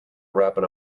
wrapping